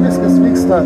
viskas vyksta